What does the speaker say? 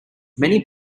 many